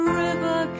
river